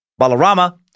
Balarama